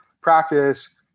practice